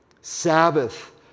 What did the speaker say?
Sabbath